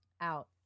out